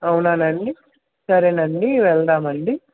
అవునా అండి సరేనండి వెళదామండి